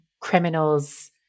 criminals